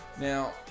Now